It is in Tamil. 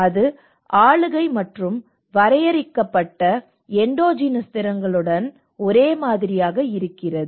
இது ஆளுகை மற்றும் வரையறுக்கப்பட்ட எண்டோஜெனஸ் திறன்களுடன் ஒரே மாதிரியாக இருக்கிறது